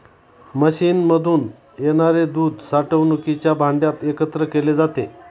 मशीनमधून येणारे दूध साठवणुकीच्या भांड्यात एकत्र केले जाते